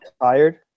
tired